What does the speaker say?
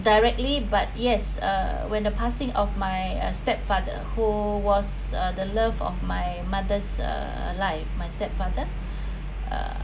directly but yes uh when the passing of my uh stepfather who was uh the love of my mother's uh life my stepfather uh